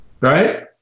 right